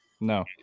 No